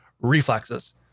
reflexes